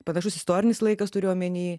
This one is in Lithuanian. panašus istorinis laikas turiu omeny